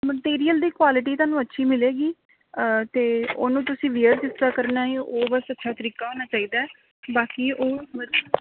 material ਦੀ quality ਤੁਹਾਨੂੰ ਅੱਛੀ ਮਿਲੇਗੀ ਅਤੇ ਉਹਨੂੰ ਤੁਸੀਂ ਵੀਅਰ ਕਿਸ ਤਰ੍ਹਾਂ ਕਰਨਾ ਹੈ ਉਹ ਬਸ ਅੱਛਾ ਤਰੀਕਾ ਹੋਣਾ ਚਾਹੀਦਾ ਹੈ ਬਾਕੀ ਉਹ ਮਤ